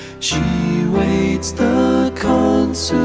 she waits the